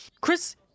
Chris